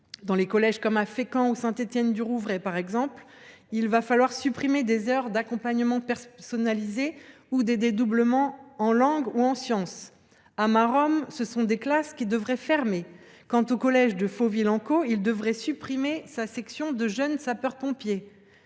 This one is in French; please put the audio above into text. chaque collège. À Fécamp ou à Saint Étienne du Rouvray par exemple, des collèges vont devoir supprimer des heures d’accompagnement personnalisé ou des dédoublements en langues ou en sciences. À Maromme, ce sont des classes qui devraient fermer. Quant au collège de Fauville en Caux, il devrait supprimer sa section de jeunes sapeurs pompiers.